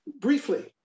Briefly